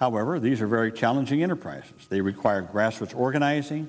however these are very challenging enterprises they require grassroots organizing